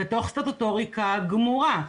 בתוך סטטוטוריקה גמורה,